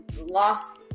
lost